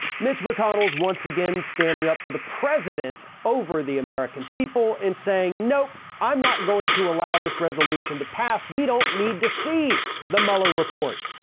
mitch mcconnell's, once again, standing up for the president over the american people and saying, nope, i'm not going to allow this resolution to pass. we don't need to see the mueller report.